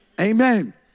Amen